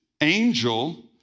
angel